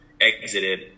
exited